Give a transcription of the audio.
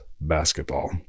basketball